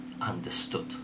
understood